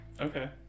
Okay